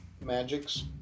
magics